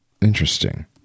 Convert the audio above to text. interesting